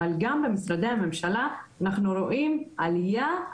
אבל גם במשרדי הממשלה אנחנו רואים עלייה,